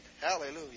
Hallelujah